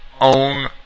own